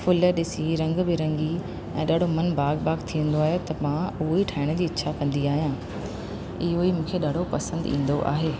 full ॾिसी रंग बिरंगी ऐं ॾाढो मन बाग बाग थींदो आहे त मां उहेई ठाहिण जी इच्छा कंदी आहियां इहेई मूंखे ॾाढो पसंदि ईंदो आहे